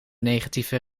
negatieve